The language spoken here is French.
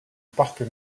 parc